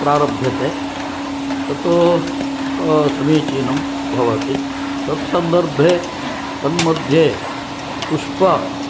प्रारभ्यते ततः समीचीनं भवति तत्सन्दर्भे तन्मध्ये पुष्पं